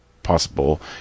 Possible